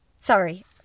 Sorry